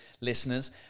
listeners